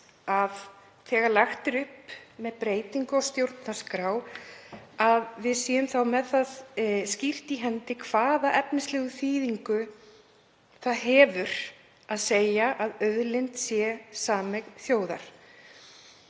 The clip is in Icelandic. að þegar lagt er upp með breytingu á stjórnarskrá séum við þá með það skýrt í hendi hvaða efnislegu þýðingu það hefur að segja að auðlind sé sameign þjóðar,